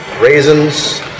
raisins